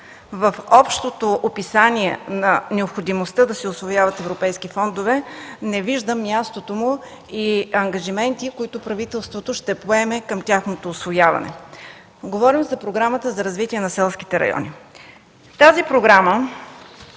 в общото описание на необходимостта да се усвояват европейските фондове и ангажиментите, които правителството ще поеме към тяхното усвояване. Говоря за Програмата за развитие на селските райони. Програмата